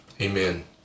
Amen